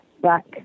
back